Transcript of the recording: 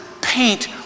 paint